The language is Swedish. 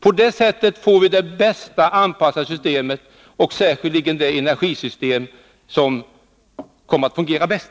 På det sättet får vi det bäst anpassade energisystemet, det system som kommer att fungera bäst.